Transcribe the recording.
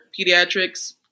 Pediatrics